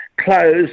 close